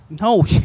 No